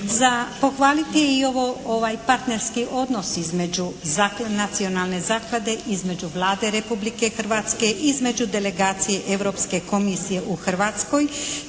pohvaliti je i ovaj partnerski odnos između nacionalne zaklade, između Vlade Republike Hrvatske, između delegacije Europske Komisije u Hrvatskoj